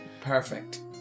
Perfect